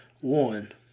one